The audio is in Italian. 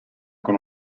con